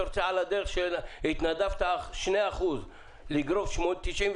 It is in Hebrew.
אתה רוצה על הדרך שהתנדבה 2% לגרוף 98%,